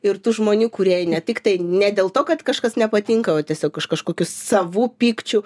ir tų žmonių kurie ne tik tai ne dėl to kad kažkas nepatinka o tiesiog už kažkokių savų pykčių